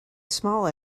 small